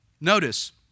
Notice